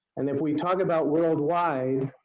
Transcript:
and if we talk about worldwide,